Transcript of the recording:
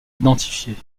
identifiés